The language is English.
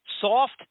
Soft